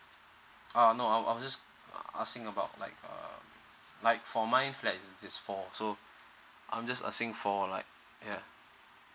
ah no I was just asking about like uh like for mine flat it's four so I'm just asking for like yeah